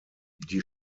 die